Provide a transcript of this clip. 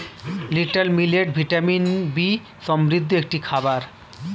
little millet vitamin B সমৃদ্ধ একটি খাবার